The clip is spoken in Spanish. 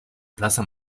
plaza